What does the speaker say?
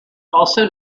also